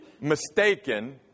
mistaken